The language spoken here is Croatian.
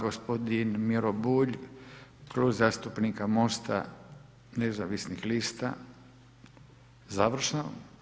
Gosp. Miro Bulj, Klub zastupnika MOST-a nezavisnih lista završno.